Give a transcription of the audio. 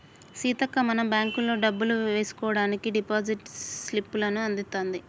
సీతక్క మనం బ్యాంకుల్లో డబ్బులు వేసుకోవడానికి డిపాజిట్ స్లిప్పులను అందిత్తారు